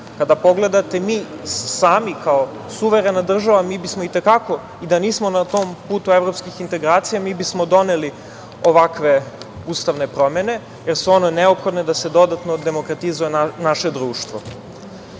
Kada pogledate mi samo, kao suverena država, mi bismo i te kako i da nismo na tom putu evropskih integracija, mi bismo doneli ovakve ustavne promene jer su one neophodne da se dodatno demokratizuje naše